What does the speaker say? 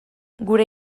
gure